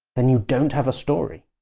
then you don't have a story.